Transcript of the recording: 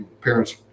parents